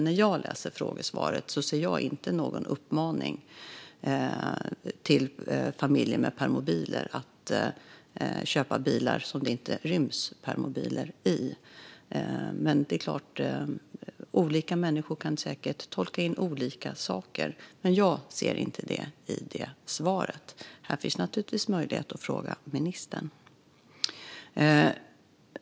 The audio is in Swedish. När jag läser svaret ser jag inte någon uppmaning till familjer med permobiler att köpa bilar som det inte ryms permobiler i. Olika människor kan såklart tolka in olika saker, men jag ser inte det i det svaret. Här finns naturligtvis möjlighet att fråga ministern.